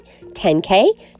10K